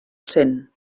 cent